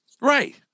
Right